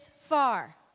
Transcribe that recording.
far